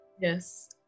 Yes